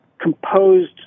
composed